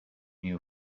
new